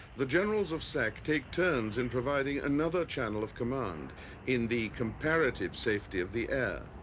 the generals of sac take turns in providing another channel of command in the comparative safety of the air.